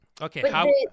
Okay